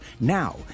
Now